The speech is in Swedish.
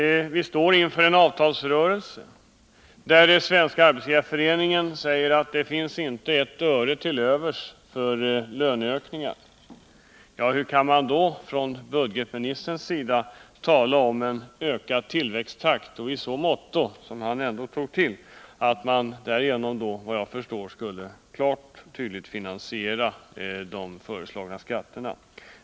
Vistår inför en avtalsrörelse där Svenska arbetsgivareföreningen säger att det inte finns ett öre över för löneökningar. Hur kan då budgetministern tala om en sådan ökning av tillväxttakten att man, om jag förstod rätt, därigenom lätt skulle kunna finansiera de föreslagna skatterna?